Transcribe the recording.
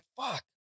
fuck